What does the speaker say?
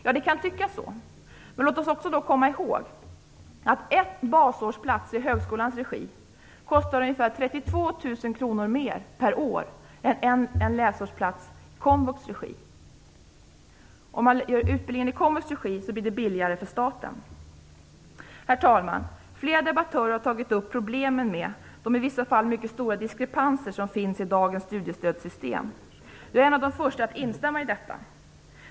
Ja, det kan tyckas så, Men låt oss då komma ihåg att en basårsplats i högskolans regi kostar ungefär 32 000 kr mer per år än en läsårsplats i komvux regi. Om man ger utbildningen i komvux regi blir det billigare för staten. Herr talman! Flera debattörer har tagit upp problemen med de i vissa fall mycket stora diskrepanser som finns i dagens studiestödssystem. Jag är en av de första att instämma i detta.